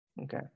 Okay